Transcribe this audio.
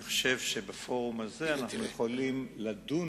אני חושב שבפורום הזה אנחנו יכולים לדון